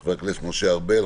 חבר הכנסת משה ארבל,